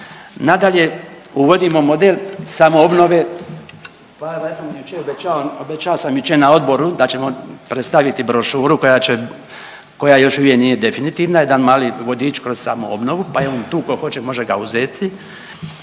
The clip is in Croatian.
udaljen od mikrofona./… obećao sam jučer na odboru da ćemo predstaviti brošuru koja će koja još uvijek nije definitivna, jedan mali vodič kroz samoobnovu, pa je on tu ko hoće može ga uzeti,